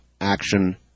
action